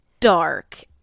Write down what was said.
Dark